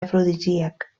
afrodisíac